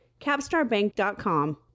capstarbank.com